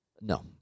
No